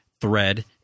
thread